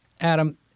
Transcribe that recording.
Adam